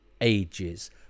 ages